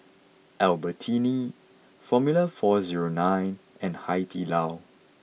Albertini Formula four zero nine and Hai Di Lao